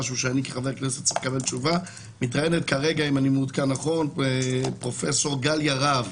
כרגע אם אני מעודכן נכון פרופ' גליה רהב